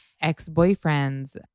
ex-boyfriends